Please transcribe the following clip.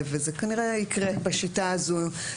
וזה כנראה יקרה בשיטה הזאת,